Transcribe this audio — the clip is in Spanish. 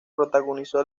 protagonizó